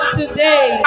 today